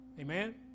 Amen